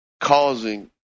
causing